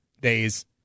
days